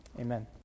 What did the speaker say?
Amen